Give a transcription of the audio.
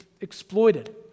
exploited